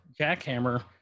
jackhammer